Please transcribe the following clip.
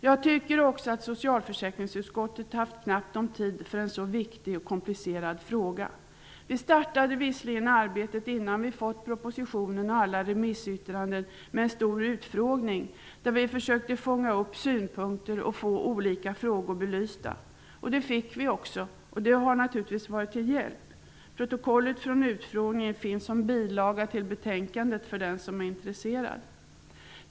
Jag tycker också att socialförsäkringsutskottet har haft knappt om tid för en så viktig och komplicerad fråga. Vi startade visserligen arbetet, innan vi hade fått propositionen och alla remissyttranden, med en stor utfrågning. Där försökte vi fånga upp synpunkter och få olika frågor belysta. Det fick vi också. Det har naturligtvis varit till hjälp. Protokollet från utfrågningen finns som bilaga till betänkandet för den som är intresserad.